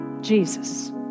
Jesus